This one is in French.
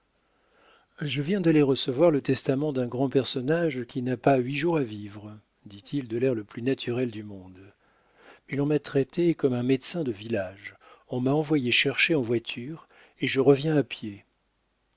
je viens d'aller recevoir le testament d'un grand personnage qui n'a pas huit jours à vivre dit-il de l'air le plus naturel du monde mais l'on m'a traité comme un médecin de village on m'a envoyé chercher en voiture et je reviens à pied